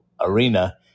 Arena